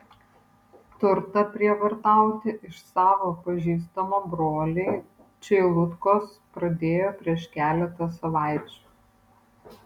turtą prievartauti iš savo pažįstamo broliai čeilutkos pradėjo prieš keletą savaičių